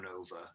over